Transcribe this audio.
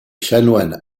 chanoine